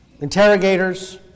interrogators